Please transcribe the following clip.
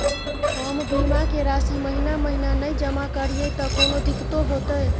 हम बीमा के राशि महीना महीना नय जमा करिए त कोनो दिक्कतों होतय?